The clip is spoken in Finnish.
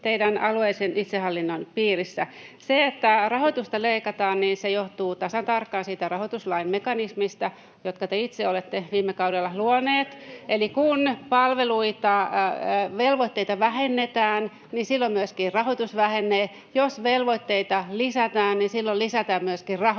Se on alueellisen itsehallinnon piirissä. Se, että rahoitusta leikataan, johtuu tasan tarkkaan siitä rahoituslain mekanismista, jonka te itse olette viime kaudella luoneet, eli kun velvoitteita vähennetään, niin silloin myöskin rahoitus vähenee, ja jos velvoitteita lisätään, silloin lisätään myöskin rahoitusta,